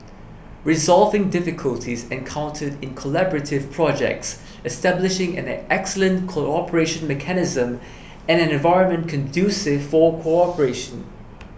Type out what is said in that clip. resolving difficulties encountered in collaborative projects establishing an excellent cooperation mechanism and an environment conducive for cooperation